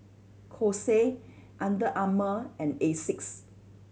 Kose Under Armour and Asics